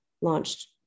launched